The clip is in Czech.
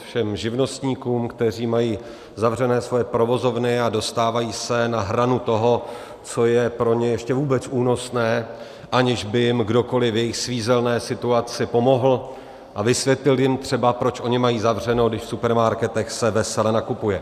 Všem živnostníkům, kteří mají zavřené své provozovny a dostávají se na hranu toho, co je pro ně ještě vůbec únosné, aniž by jim kdokoliv v jejich svízelné situaci pomohl a vysvětlil jim třeba, proč oni mají zavřeno, když v supermarketech se vesele nakupuje.